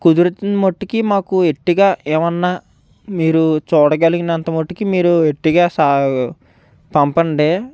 కుదిరితే మట్టుకి మాకు ఎర్టిగా ఏమన్నా మీరు చూడగలిగినంత మట్టుకు మీరు ఎర్టిగా సా పంపండి